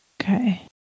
Okay